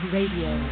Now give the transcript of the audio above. Radio